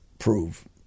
Prove